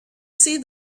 see